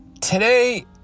Today